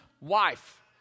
wife